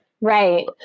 right